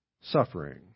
suffering